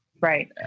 Right